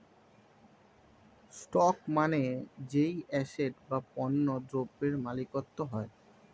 stock মানে যেই asset বা পণ্য দ্রব্যের মালিকত্ব হয়